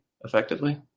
effectively